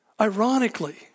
Ironically